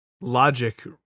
logic